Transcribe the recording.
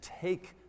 take